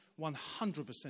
100%